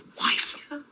wife